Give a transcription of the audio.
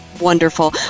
Wonderful